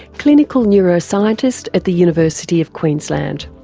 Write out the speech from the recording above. clinical neuroscientist at the university of queensland.